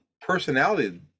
personality